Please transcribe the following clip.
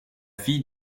fille